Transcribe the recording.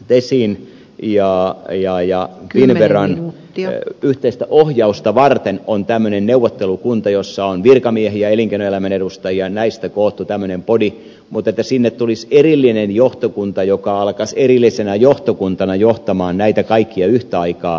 esiin ja tesin ja finnveran yhteistä ohjausta varten on tämmöinen neuvottelukunta jossa on virkamiehistä ja elinkeinoelämän edustajista koottu tämmöinen body mutta en pidä sitä tarkoituksenmukaisena että sinne tulisi erillinen johtokunta joka alkaisi erillisenä johtokuntana johtaa näitä kaikkia yhtä aikaa